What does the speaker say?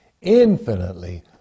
infinitely